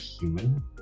human